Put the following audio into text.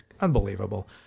Unbelievable